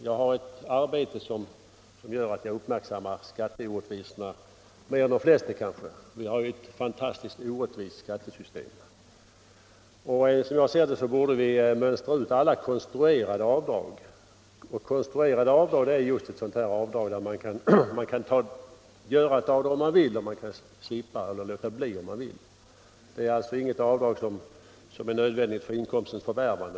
Jag har ett arbete som gör att jag uppmärksammar skatteorättvisorna mer än de flesta. Vi har ett fantastiskt orättvist skattesystem. Som jag ser det bör vi ta bort alla konstruerade avdrag. Konstruerade avdrag är just sådana där man kan göra avdraget om man vill och låta bli om man vill, alltså inte ett avdrag som är nödvändigt, t.ex. utgifter för inkomstens förvärvande.